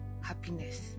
happiness